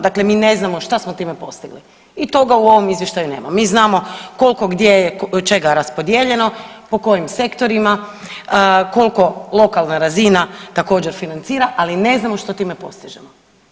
Dakle mi ne znamo šta smo time postigli i toga u ovom izvještaju nema, mi znamo koliko gdje je čega raspodijeljeno, po kojim sektorima, koliko lokalna razina također financira ali ne znamo što time postižemo.